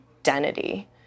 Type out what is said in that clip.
identity